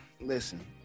Listen